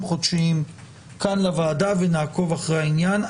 חודשיים כאן לוועדה ונעקוב אחרי העניין.